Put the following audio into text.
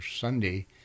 Sunday